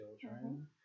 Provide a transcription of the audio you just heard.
children